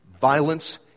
violence